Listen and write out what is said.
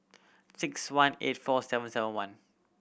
six one eight four seven seven one